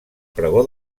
pregó